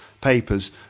papers